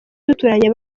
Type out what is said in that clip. duturanye